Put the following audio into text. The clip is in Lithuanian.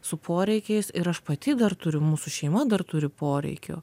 su poreikiais ir aš pati dar turiu mūsų šeima dar turi poreikių